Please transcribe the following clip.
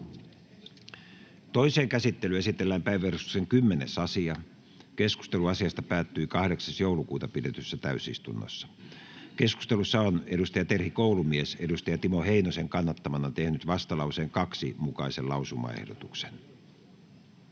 Toiseen käsittelyyn esitellään päiväjärjestyksen 9. asia. Keskustelu asiasta päättyi 8.12.2022 pidetyssä täysistunnossa. Keskustelussa on Terhi Koulumies Timo Heinosen kannattamana tehnyt vastalauseen mukaisen lausumaehdotuksen.